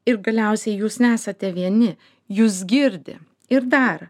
ir galiausiai jūs nesate vieni jūs girdi ir dar